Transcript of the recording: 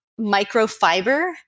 microfiber